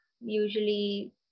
usually